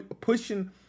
Pushing